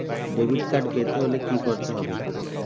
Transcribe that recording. Debit card পেতে হলে কি করতে হবে?